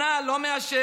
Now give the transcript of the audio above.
שנה לא מעשן.